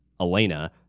Elena